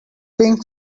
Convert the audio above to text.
pink